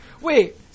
Wait